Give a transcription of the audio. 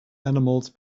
animals